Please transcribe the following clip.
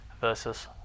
versus